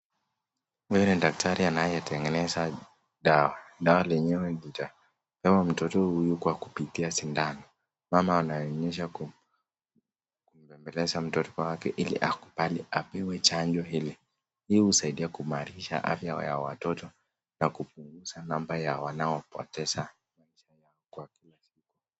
Mimi ni daktari anayetengeneza dawa dawa lenyewe lita dawa mtoto huyu kwa kupitia sindano, mama anayonyesha kumbembeleza mtoto wake ili akubali apimwe chanjo hili, hii husaidia kuimarisha afya ya watoto na kupunguza namba ya wanaopoteza maisha yao kwa kila siku.